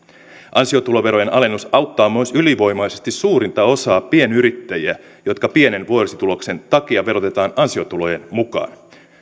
ansiotuloverojen alennus auttaa myös ylivoimaisesti suurinta osaa pienyrittäjistä joita pienen vuosituloksen takia verotetaan ansiotulojen mukaan